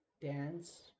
dance